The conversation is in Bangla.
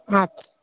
আচ্ছা